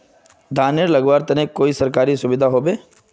धानेर लगवार तने कोई सरकारी सुविधा होबे?